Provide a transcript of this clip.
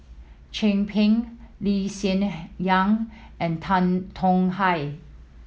Chin Peng Lee Hsien Yang and Tan Tong Hye